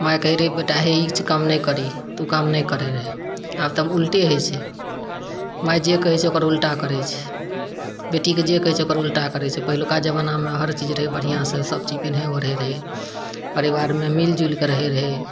माय कहै रहै बेटा हे ई चीज काम नहि करही तऽ ओ काम नहि करै रहै आब तऽ उल्टे हइ छै माय जे कहै छै ओकर उल्टा करै छै बेटीकऽ जे कहै छै ओकर उल्टा करै छै पहिलुका जबानामे हर चीज रहै बढ़िआँसँ सभचीज पिनहै ओढ़ै रहै परिवारमे मिलजुलि कऽ रहै रहै